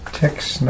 text